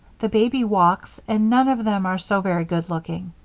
the baby walks, and none of them are so very good-looking.